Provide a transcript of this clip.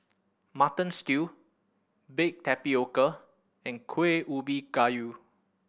Mutton Stew baked tapioca and Kueh Ubi Kayu